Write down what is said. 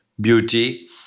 beauty